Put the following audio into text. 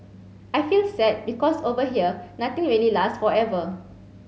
I feel sad because over here nothing really lasts forever